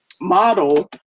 model